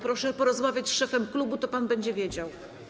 Proszę porozmawiać z szefem klubu, to pan będzie wiedział.